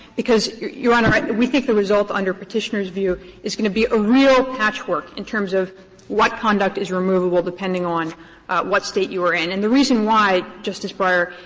because, your your honor, we think the result under petitioner's view is going to be a real patchwork in terms of what conduct is removable depending on what state you're in. and the reason why, justice breyer,